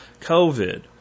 COVID